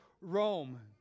Rome